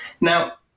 Now